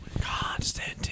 Constantine